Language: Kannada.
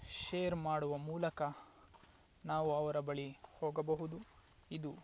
ಶೇರ್ ಮಾಡುವ ಮೂಲಕ ನಾವು ಅವರ ಬಳಿ ಹೋಗಬಹುದು ಇದು